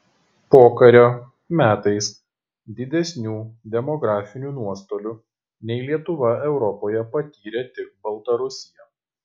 pokario metais didesnių demografinių nuostolių nei lietuva europoje patyrė tik baltarusija